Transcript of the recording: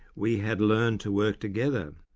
we had learned to work together,